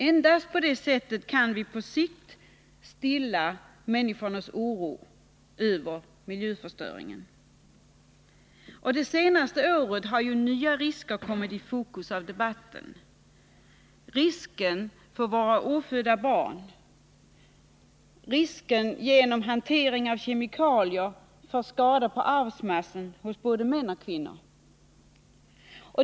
Endast på det sättet kan vi på sikt stilla människornas oro över miljöförstöringen. Under det senaste året har nya risker kommit i fokus i debatten — risken för våra ofödda barn, risken genom hantering av kemikalier för skador på arvsmassan hos både män och kvinnor.